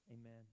Amen